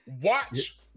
Watch